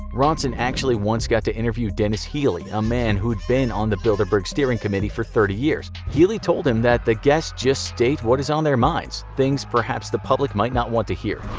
ronson actually once got to interview denis healy, a man who'd been on the bilderberg steering committee for thirty years. healy told him that the guests just state what is on their minds, things perhaps the public might not want to hear.